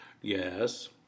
Yes